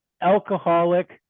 alcoholic